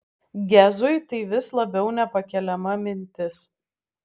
gezui tai vis labiau nepakeliama mintis